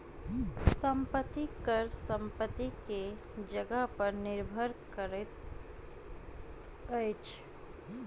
संपत्ति कर संपत्ति के जगह पर निर्भर करैत अछि